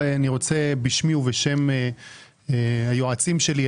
אני רוצה בשמי ובשם היועצים שלי,